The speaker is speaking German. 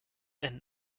einen